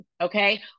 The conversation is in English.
okay